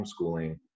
homeschooling